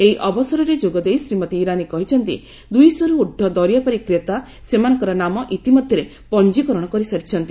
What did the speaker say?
ଏହି ଅବସରରେ ଯୋଗଦେଇ ଶ୍ରୀମତୀ ଇରାନୀ କହିଛନ୍ତି ଦୁଇଶହରୁ ଉର୍ଦ୍ଧ୍ୱ ଦରିଆପାରି କ୍ରେତା ସେମାନଙ୍କର ନାମ ଇତିମଧ୍ୟରେ ପଞ୍ଜୀକରଣ କରିସାରିଛନ୍ତି